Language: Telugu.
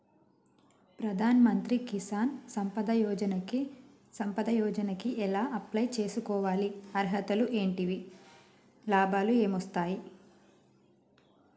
ప్రధాన మంత్రి కిసాన్ సంపద యోజన కి ఎలా అప్లయ్ చేసుకోవాలి? అర్హతలు ఏంటివి? లాభాలు ఏమొస్తాయి?